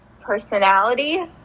personality